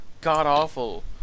God-awful